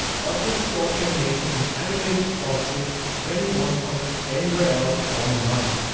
but for stock animation and animated stock gifs, that you won't find anywhere else online.